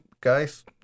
guys